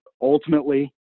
ultimately